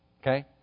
Okay